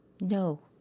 no